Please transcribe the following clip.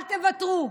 אל תוותרו,